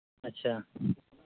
ᱟᱪᱪᱷᱟ